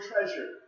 treasure